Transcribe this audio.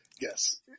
yes